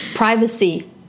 Privacy